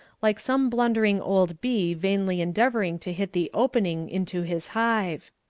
like some blundering old bee vainly endeavouring to hit the opening into his hive.